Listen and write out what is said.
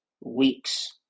weeks